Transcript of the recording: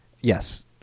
yes